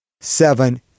seven